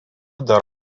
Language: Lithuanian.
dar